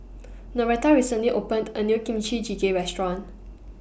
Noretta recently opened A New Kimchi Jjigae Restaurant